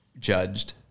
judged